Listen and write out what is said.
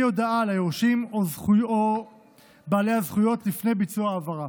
הודעה ליורשים או בעלי הזכויות לפני ביצוע ההעברה.